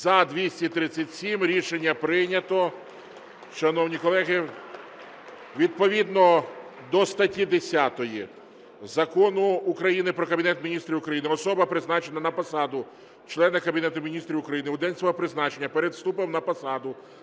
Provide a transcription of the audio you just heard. За-237 Рішення прийнято. Шановні колеги, відповідно до статті 10 Закону України "Про Кабінет Міністрів України" особа, призначена на посаду члена Кабінету Міністрів України, у день свого призначення перед вступом на посаду